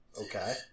Okay